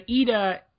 Ida